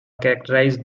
characterized